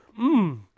mmm